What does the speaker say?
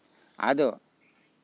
ᱟᱫᱚ